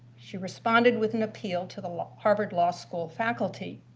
she responded with an appeal to the law harvard law school faculty.